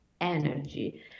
energy